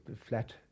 flat